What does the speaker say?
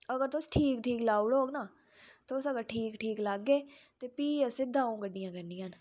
अगर तुस ठीक ठीक लाई ओड़ो तुस अगर ठीक ठीक लागे ते फिह् असें दंऊ गड्डियां करनियां नां